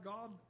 God